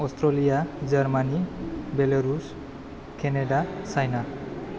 Australia Germany Belarus Canada China